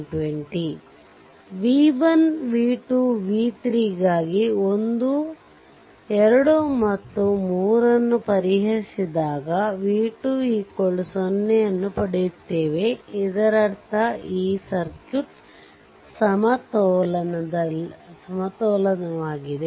v1 v2 v3 ಗಾಗಿ ಒಂದು 2 ಮತ್ತು 3 ಅನ್ನು ಪರಿಹರಿಸಲಾಗಿದೆ v2 0 ಅನ್ನು ಪಡೆಯುತ್ತೇವೆ ಇದರರ್ಥ ಈ ಸರ್ಕ್ಯೂಟ್ ಸಮತೋಲಿತವಾಗಿದೆ